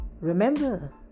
Remember